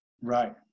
right